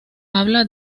habla